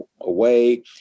away